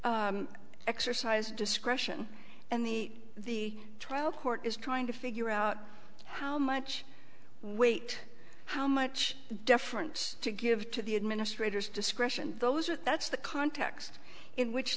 administrator exercise discretion and the the trial court is trying to figure out how much weight how much difference to give to the administrators discretion those are that's the context in which